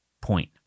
point